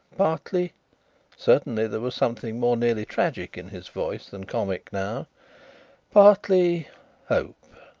partly certainly there was something more nearly tragic in his voice than comic now partly hope.